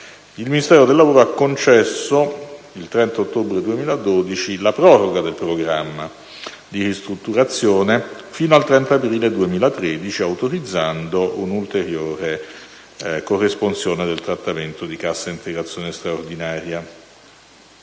il Ministero del lavoro ha concesso, il 30 ottobre 2012, la proroga del programma di ristrutturazione fino al 30 aprile 2013, autorizzando un'ulteriore corresponsione del trattamento di cassa integrazione straordinaria.